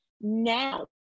now